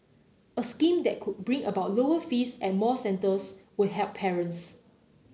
a scheme that could bring about lower fees at more centres would help parents